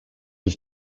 his